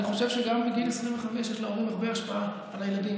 אני חושב שגם בגיל 25 יש להורים הרבה השפעה על הילדים.